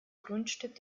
grundstück